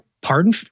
pardon